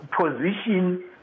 position